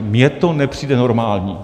Mně to nepřijde normální.